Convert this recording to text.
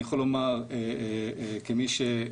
אני יכול לומר כמי ש-,